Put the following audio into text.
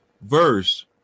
verse